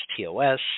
TOS